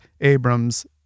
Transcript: abrams